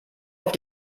auf